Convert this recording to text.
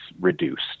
reduced